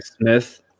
Smith